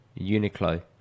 uniqlo